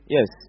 Yes